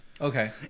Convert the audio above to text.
Okay